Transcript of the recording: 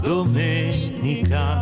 Domenica